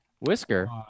Whisker